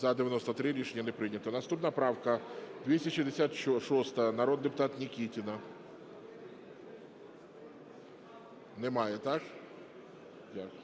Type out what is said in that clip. За-93 Рішення не прийнято. Наступна правка 266, народний депутат Нікітіна. Немає, так?